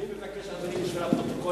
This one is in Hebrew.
אני מבקש, אדוני, בשביל הפרוטוקול,